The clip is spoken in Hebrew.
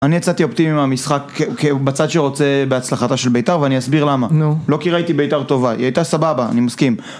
אני יצאתי אופטימי מהמשחק כבצד שרוצה בהצלחתה של ביתר ואני אסביר למה. נו, לא כי ראיתי ביתר טובה, היא הייתה סבבה אני מסכים